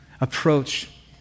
Approach